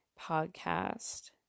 podcast